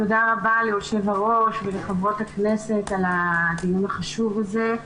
תודה רבה ליושב-הראש ולחברות הכנסת על הדיון החשוב הזה.